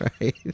Right